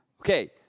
Okay